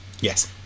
Yes